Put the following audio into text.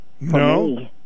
No